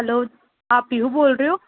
hello आप पीहू बोल रहे हो